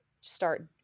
start